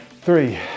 three